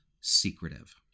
secretive